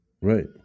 Right